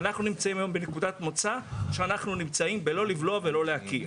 אנחנו נמצאים היום בנקודת מוצא שאנחנו נמצאים בלא לבלוע ולא להקיא.